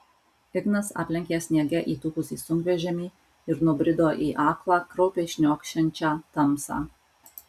ignas aplenkė sniege įtūpusį sunkvežimį ir nubrido į aklą kraupiai šniokščiančią tamsą